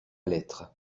lettre